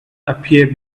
appear